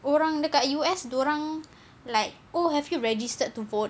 orang dekat U_S dia orang like oh have you registered to vote